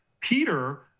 Peter